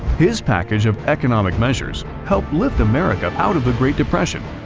his package of economic measures helped lift america out of the great depression,